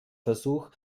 versuch